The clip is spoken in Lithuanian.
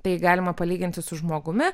tai galima palyginti su žmogumi